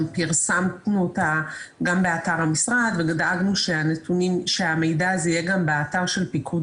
פרסמנו אותה באתר המשרד ודאגנו שהמידע הזה יהיה גם באתר של פיקוד